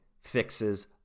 fixes